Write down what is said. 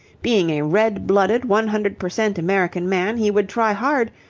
being a red-blooded, one-hundred-per-cent american man, he would try hard,